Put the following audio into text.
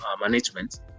management